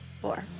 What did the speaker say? four